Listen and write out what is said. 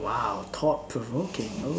!wow! thought provoking oh